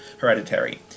Hereditary